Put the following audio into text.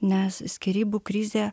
nes skyrybų krizė